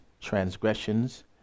transgressions